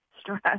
stress